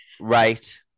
right